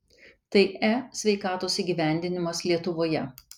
tai e sveikatos įgyvendinimas lietuvoje